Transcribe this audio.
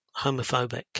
homophobic